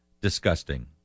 disgusting